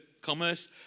commerce